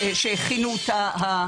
שהכינו אותה.